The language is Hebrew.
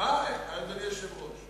בלי המדינה.